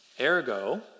Ergo